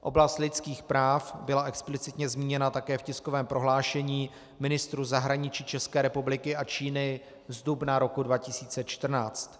Oblast lidských práv byla explicitně zmíněna také v tiskovém prohlášení ministrů zahraničí České republiky a Číny z dubna roku 2014.